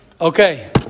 Okay